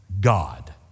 God